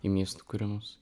į miestų kūrimus